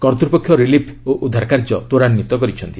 କର୍ତ୍ତୃପକ୍ଷ ରିଲିଫ୍ ଓ ଉଦ୍ଧାର କାର୍ଯ୍ୟ ତ୍ୱରାନ୍ୱିତ କରିଛନ୍ତି